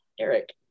Eric